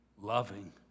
loving